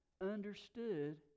understood